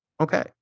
Okay